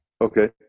Okay